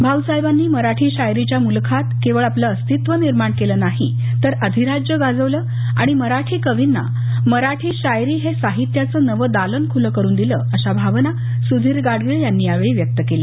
भाऊसाहेबांनी मराठी शायरीच्या मुलखात केवळ आपलं अस्तित्व निर्माण केलं नाही तर अधिराज्य गाजवलं आणि मराठी कवींना मराठी शायरी हे साहित्याचं नवं दालन ख्लं करून दिलं अशा भावना सुधीर गाडगीळ यांनी यावेळी व्यक्त केल्या